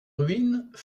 ruines